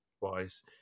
wise